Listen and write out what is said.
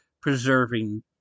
preserving